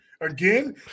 Again